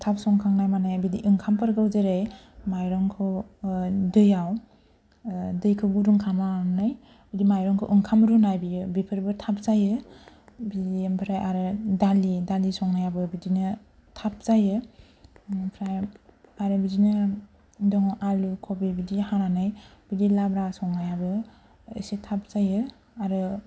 थाब संखांनाय मानाया बिदि ओंखामफोरखौ जेरै माइरंखौ दैआव दैखौ गुदुं खालामना लानानै बिदि माइरंखौ ओंखाम रुनाय बियो बेफोरबो थाब जायो बिदि ओमफ्राय आरो दालि दालि संनायाबो बिदिनो थाब जायो इनिफ्राय आरो बिदिनो दङ आलु कबि बिदिनो हानानै बिदि लाब्रा संनायाबो एसे थाब जायो आरो